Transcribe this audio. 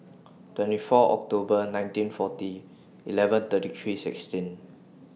twenty four October nineteen forty eleven thirty three sixteen